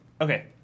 Okay